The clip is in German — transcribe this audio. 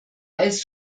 als